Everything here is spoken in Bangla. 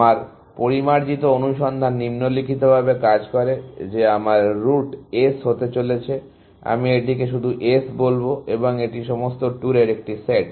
আমার পরিমার্জিত অনুসন্ধান নিম্নলিখিত ভাবে কাজ করে যে আমার রুট S হতে চলেছে আমি এটিকে শুধু S বলবো এবং এটি সমস্ত ট্যুরের একটি সেট